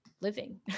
living